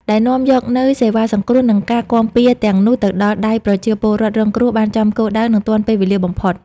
ដែលនាំយកនូវសេវាសង្គ្រោះ និងការគាំពារទាំងនោះទៅដល់ដៃប្រជាពលរដ្ឋរងគ្រោះបានចំគោលដៅ និងទាន់ពេលវេលាបំផុត។